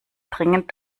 dringend